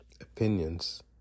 Opinions